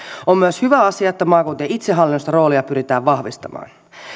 on myös hyvä asia että maakuntien itsehallinnollista roolia pyritään vahvistamaan